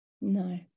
no